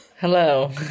Hello